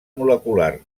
molecular